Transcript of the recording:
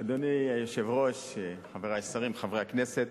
אדוני היושב-ראש, חברי השרים, חברי הכנסת,